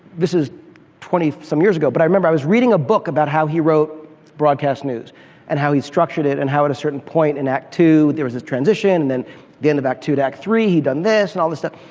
this is twenty some years ago, but i remember, i was reading a book about how he wrote broadcast news and how he structured it and how at a certain point in act two, there was this transition and at the end of act two to act three he had done this, and all this stuff.